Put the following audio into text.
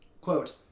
Quote